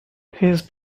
his